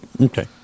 Okay